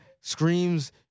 screams